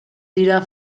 dira